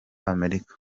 amerika